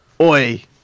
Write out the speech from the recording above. oi